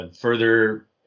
further